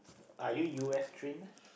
are you u_s train